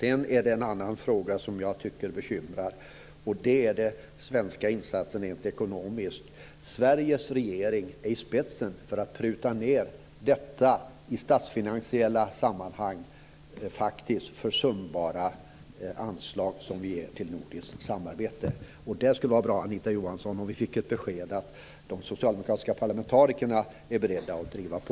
En annan fråga som bekymrar mig är den svenska insatsen rent ekonomiskt. Sveriges regeringen går i spetsen när det gäller att pruta ned det i statsfinansiella sammanhang försumbara anslag som vi ger till nordiskt samarbete. Det skulle vara bra om vi av Anita Johansson kunde få ett besked om att de socialdemokratiska parlamentarikerna är beredda att driva på.